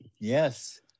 Yes